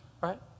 right